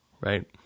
right